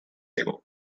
ago